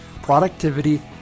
productivity